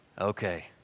Okay